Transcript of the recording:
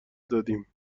دادیم